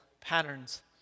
patterns